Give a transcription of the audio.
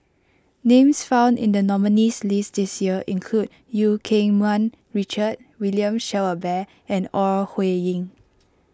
names found in the nominees' list this year include Eu Keng Mun Richard William Shellabear and Ore Huiying